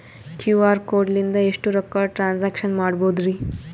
QR code ಲಿಂದ ಎಷ್ಟ ರೊಕ್ಕ ಟ್ರಾನ್ಸ್ಯಾಕ್ಷನ ಮಾಡ್ಬೋದ್ರಿ?